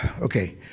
Okay